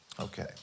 Okay